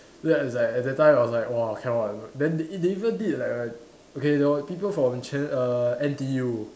that is like at that time I was like !wah! cannot one then they even did like a there were people from Channel err N_T_U